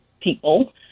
people